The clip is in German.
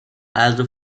also